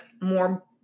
more